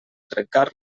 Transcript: trencar